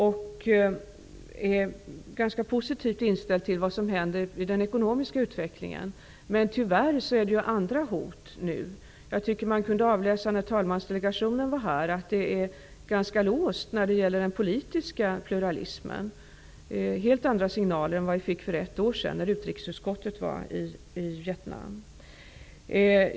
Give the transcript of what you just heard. Jag är ganska positivt inställd till hur ekonomin utvecklas. Tyvärr finns det nu andra hot. Vi kunde avläsa av uttalanden från deltagare i talmansdelegationen att läget är ganska låst när det gäller den politiska pluralismen. Det är helt andra signaler än de vi fick för ett år sedan när utrikesutskottet var i Vietnam.